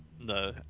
No